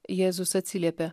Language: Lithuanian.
jėzus atsiliepė